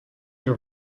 your